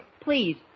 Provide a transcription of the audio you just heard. Please